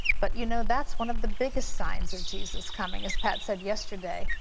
but you know that's one of the biggest signs of jesus' coming, as pat said yesterday.